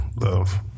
Love